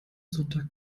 sonntag